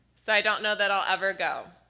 so i don't know that i will ever go.